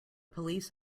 police